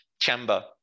chamber